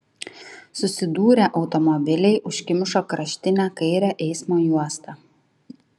susidūrę automobiliai užkimšo kraštinę kairę eismo juostą